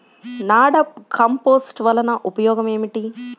NADEP compost వలన ఉపయోగం ఏమిటి?